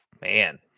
Man